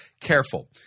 careful